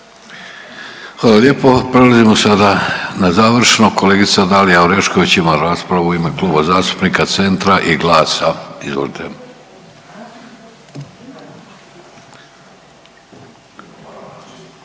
Hvala lijepo. Prelazimo sada na završno, kolegica Dalija Orešković ima raspravu u ime Kluba zastupnika Centra i GLAS-a. Izvolite.